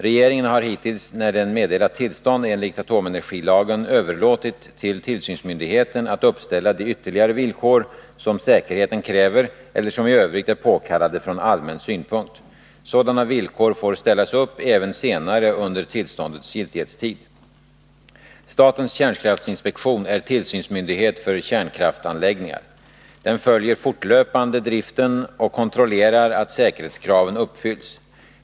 Regeringen har hittills när den meddelat tillstånd enligt atomenergilagen överlåtit till tillsynsmyndigheten att uppställa de ytterligare villkor som säkerheten kräver eller som i övrigt är påkallade från allmän synpunkt. Sådana villkor får ställas upp även senare under tillståndets giltighetstid. Statens kärnkraftinspektion är tillsynsmyndighet för kärnkraftanläggningar. Den följer fortlöpande driften och kontrollerar att säkerhetskraven uppfylls.